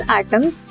atoms